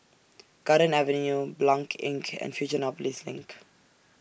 Garden Avenue Blanc Inn and Fusionopolis LINK